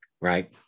right